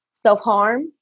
self-harm